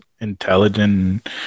intelligent